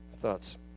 thoughts